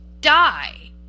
die